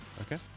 Okay